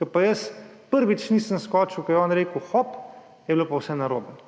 ko pa jaz prvič nisem skočil, ko je on rekel hop, je bilo pa vse narobe.